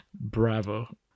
Bravo